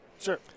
Sure